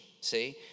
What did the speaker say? see